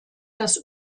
das